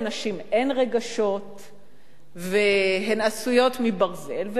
לנשים אין רגשות והן עשויות מברזל,